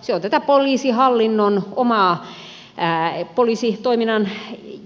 se on tätä poliisihallinnon omaa poliisitoiminnan